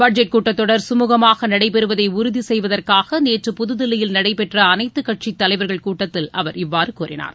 budget கூட்டத் தொடர் சுமூகமாகநடைபெறுவதைஉறுதிசெய்வதற்காகநேற்று புதுதில்லியில் நடைபெற்றஅனைத்துகட்சிக் தலைவர்கள் கூட்டத்தில் அவர் இவ்வாறுகூறினார்